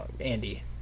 Andy